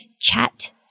chat